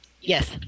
Yes